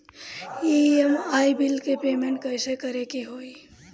EMI bill के payment कइसे करे के होई?